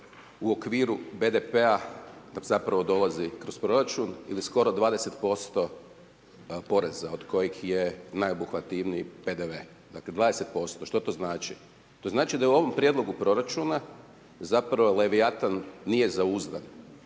u okviru BDP-a nam zapravo dolazi kroz proračun ili skoro 20% poreza od kojeg je najobuhvativniji PDV, dakle 20%. Što to znači? To znači da je u ovom prijedlogu proračuna zapravo levijatan nije zauzdan,